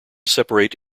separate